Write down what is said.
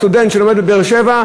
סטודנט שלומד בבאר-שבע,